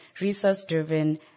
resource-driven